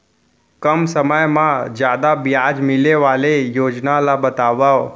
कम समय मा जादा ब्याज मिले वाले योजना ला बतावव